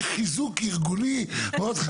זה מה שהוא אומר.